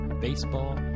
baseball